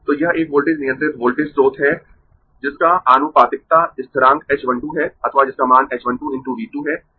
तो यह एक वोल्टेज नियंत्रित वोल्टेज स्रोत है जिसका आनुपातिकता स्थिरांक h 1 2 है अथवा जिसका मान h 1 2 × V 2 है